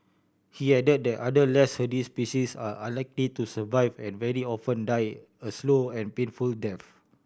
he added that other less hardy species are unlikely to survive and very often die a slow and painful death